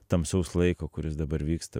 tamsaus laiko kuris dabar vyksta